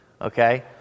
okay